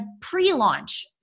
pre-launch